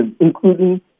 including